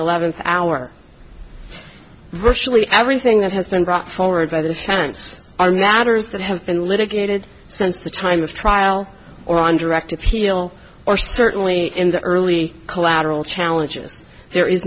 eleventh hour virtually everything that has been brought forward by the defense are matters that have been litigated since the time of trial or on direct appeal or certainly in the early collateral challenges there is